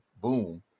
boom